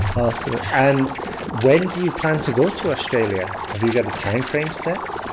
awesome and when do you plan to go to australia? have you got a timeframe set?